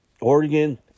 Oregon